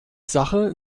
sache